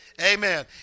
amen